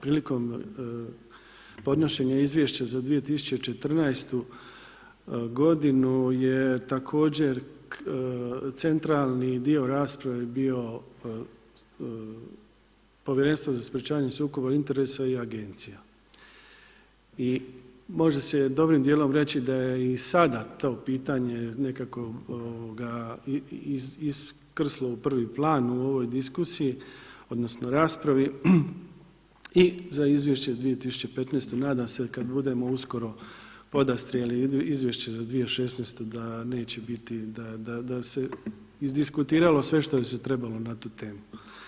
Prilikom podnošenja Izvješća za 2014. godinu je također centralni dio rasprave bio Povjerenstvo za sprječavanje sukoba interesa i agencija i može se dobrim dijelom reći da je i sada to pitanje nekako iskrslo u prvi plan u ovoj diskusiji, odnosno raspravi i za izvješće 2015. nadam se kad budemo uskoro podastrijeli izvješće za 2016. da neće biti, da se izdiskutiralo sve što se trebalo na tu temu.